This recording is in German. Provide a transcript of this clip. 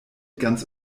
ganz